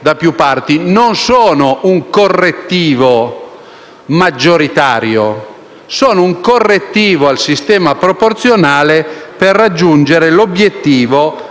non sono un correttivo maggioritario, ma un correttivo al sistema proporzionale per raggiungere l'obiettivo di